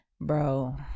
Bro